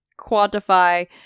quantify